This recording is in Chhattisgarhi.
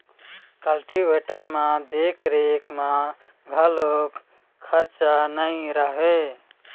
कल्टीवेटर म देख रेख म घलोक खरचा नइ रहय